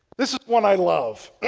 this is one i love